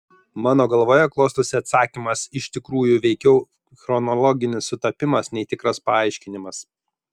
mano galvoje klostosi atsakymas iš tikrųjų veikiau chronologinis sutapimas nei tikras paaiškinimas